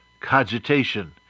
cogitation